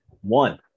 One